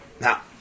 Now